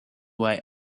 why